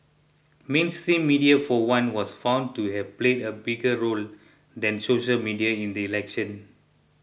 mainstream media for one was found to have played a bigger role than social media in the election